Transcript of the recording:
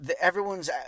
everyone's